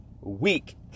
week